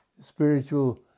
spiritual